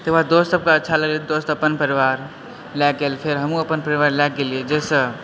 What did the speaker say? ताहिके बाद दोस्त सभके अच्छा लगलय दोस्त अपन परिवार लएके आयल फेर हमहूँ अपन परिवार लयके गेलियै जाहिसँ